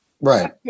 Right